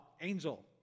angel